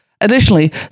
Additionally